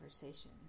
conversation